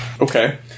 Okay